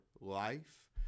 life